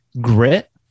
grit